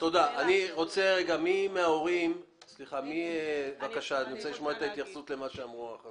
אני רוצה לשמוע את ההתייחסות של נציג ההורים אל מה שאמרו החברים.